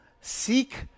Seek